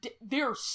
they're-